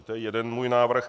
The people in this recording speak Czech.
To je jeden můj návrh.